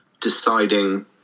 deciding